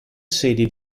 sedi